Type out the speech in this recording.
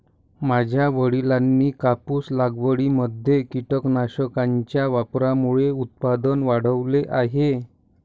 माझ्या वडिलांनी कापूस लागवडीमध्ये कीटकनाशकांच्या वापरामुळे उत्पादन वाढवले आहे